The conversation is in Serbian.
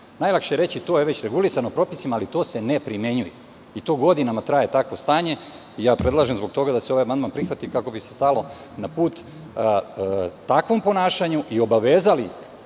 Najlakše je reći – to je već regulisano propisima, ali to se ne primenjuje i godinama traje takvo stanje. Zbog toga predlažem da se ovaj amandman prihvati, kako bi se stalo na put takvom ponašanju i kako